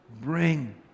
bring